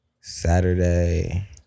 Saturday